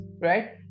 right